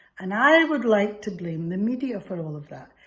and i would like to blame the media for all of that,